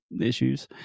issues